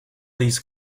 these